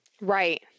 Right